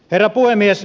herra puhemies